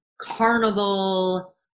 carnival